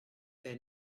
their